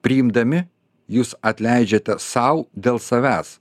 priimdami jūs atleidžiate sau dėl savęs